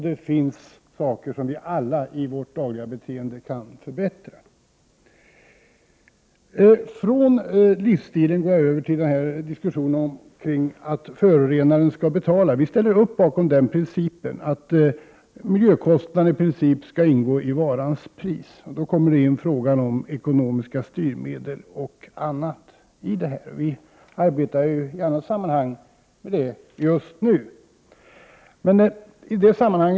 Det finns beteenden som vi alla i vårt dagliga liv kan förbättra. Från livsstilsfrågorna går jag över till diskussionen om att den som förorenar skall betala. Vi ställer upp bakom tanken att miljökostnaderna i princip skall ingå i varans pris. Då kommer vi in på frågan om ekonomiska styrmedel. Vi arbetar just nu med den saken i annat sammanhang.